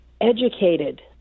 educated